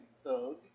thug